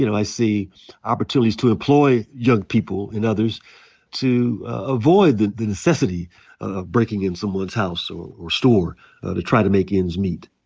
you know i see opportunities to employee young people and others to avoid the the necessity of breaking into someone's house or or store to try to make ends meet.